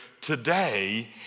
today